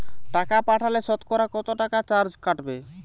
টাকা পাঠালে সতকরা কত টাকা চার্জ কাটবে?